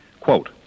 Quote